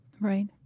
Right